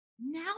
Now